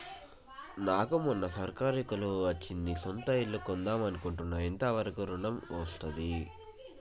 నాకు మొన్న సర్కారీ కొలువు వచ్చింది సొంత ఇల్లు కొన్దాం అనుకుంటున్నా ఎంత వరకు ఋణం వస్తది?